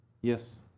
Yes